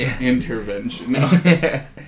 intervention